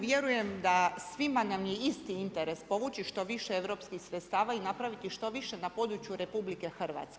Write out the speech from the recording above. Vjerujem da svima nam je isti interes povući što više europskih sredstava i napraviti što više na području RH.